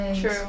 True